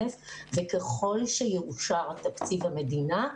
וככל שיאושר תקציב המדינה,